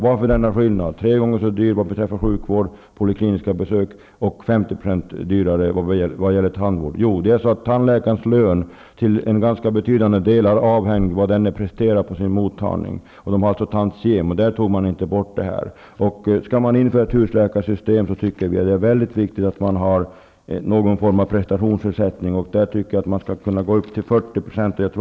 Varför denna skillnad: tre gånger så dyr vad beträffar polikliniska besök inom sjukvården och 50 % dyrare vad gäller tandvården? Jo, tandläkarens lön är till en ganska betydande del avhängig av vad denne presterar på sin mottagning. Tandläkare har alltså tantiem, det togs inte bort. Skall vi införa ett husläkarsystem är det viktigt att man inför någon form av prestationsersättning. Där tycker jag att man skulle kunna gå upp till 40 %.